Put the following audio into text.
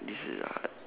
this is hard